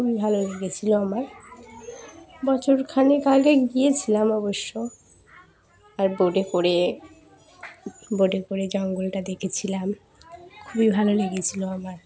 খুবই ভালো লেগেছিলো আমার বছরখানেক আগে গিয়েছিলাম অবশ্য আর বোটে করে বোটে করে জঙ্গলটা দেখেছিলাম খুবই ভালো লেগেছিলো আমার